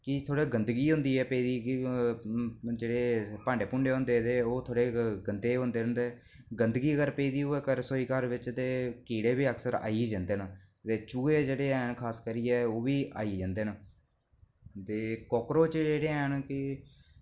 की थोह्ड़ी गंदगी होंदी ऐ पेदी की जेह्ड़े भांडे होंदे ते ओह् थोह्ड़े गंदे होंदे न ते गंदगी अगर पेदी होऐ रसोई घर बिच ते कीड़े बी अक्सर आई गै जंदे न ते चूहे जेह्ड़े हैन खास करियै आई गै जंदे न ते काक्रोच जेह्ड़े हैन कि